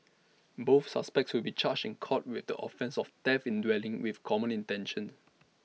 both suspects will be charged in court with the offence of theft in dwelling with common intention